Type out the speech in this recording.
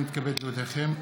הינני מתכבד להודיעכם,